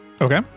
Okay